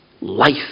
life